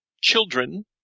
children